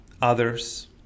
others